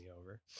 over